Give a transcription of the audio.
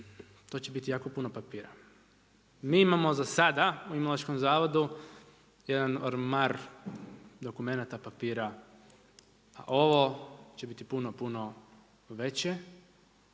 to će biti jako puno papira, mi imamo za sada u Imunološkom zavodu jedan ormar dokumenata papira, ovo će biti puno, puno veće.